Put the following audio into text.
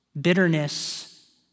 bitterness